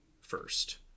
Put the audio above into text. first